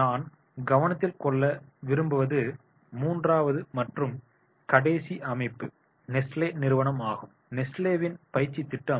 நான் கவனத்தில் கொள்ள விரும்பும் மூன்றாவது மற்றும் கடைசி அமைப்பு நெஸ்லே நிறுவனம் ஆகும் நெஸ்லேவின் பயிற்சித் திட்டம்